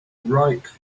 right